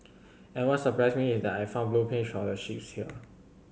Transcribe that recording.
and what surprised me was that I found blueprints for the ships here